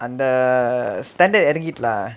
அந்த:antha standard இறங்கிடுதுலா:irangiduthulaa